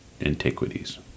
antiquities